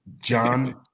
John